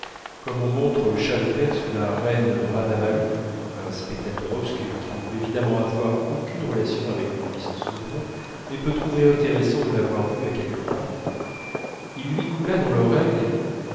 comme on montre le shah de perse ou la reine ranavalo à un spectateur obscur qui ne peut évidemment avoir aucune relation avec le puissant souverain mais peut trouver intéressant de l'avoir vu à quelques pas il lui coula dans l'oreille